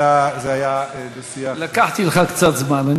אלא זה היה דו-שיח, לקחתי לך קצת זמן.